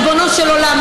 ריבונו של עולם,